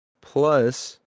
Plus